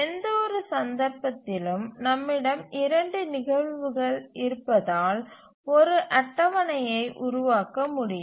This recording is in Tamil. எந்தவொரு சந்தர்ப்பத்திலும் நம்மிடம் 2 நிகழ்வுகள் இருப்பதால் ஒரு அட்டவணையை உருவாக்க முடியும்